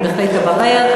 אני בהחלט אברר,